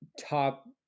top